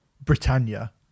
Britannia